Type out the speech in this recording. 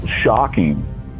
shocking